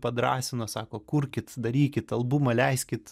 padrąsino sako kurkit darykit albumą leiskit